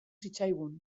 zitzaigun